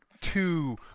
two